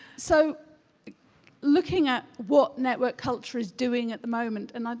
so looking at what network culture is doing at the moment and i,